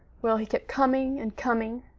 well, he kept coming and coming,